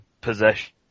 possession